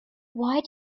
why